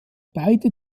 beide